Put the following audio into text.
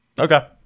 Okay